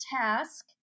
task